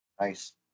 Nice